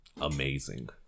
Amazing